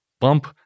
bump